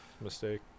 Mistake